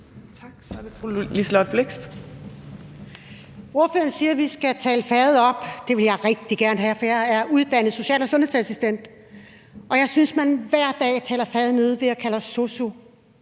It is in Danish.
Ordføreren siger, at vi skal tale faget op, og det vil jeg rigtig gerne have, for jeg er uddannet social- og sundhedsassistent. Og jeg synes, at man hver dag taler faget ned ved at kalde os